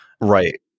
Right